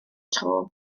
tro